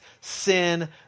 sin